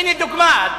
הנה דוגמה.